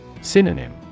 Synonym